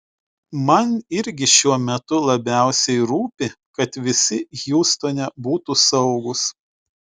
man irgi šiuo metu labiausiai rūpi kad visi hjustone būtų saugūs